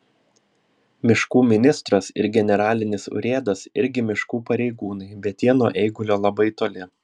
miškų ministras ir generalinis urėdas irgi miškų pareigūnai bet jie nuo eigulio labai toli